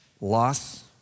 loss